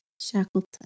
Shackleton